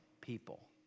people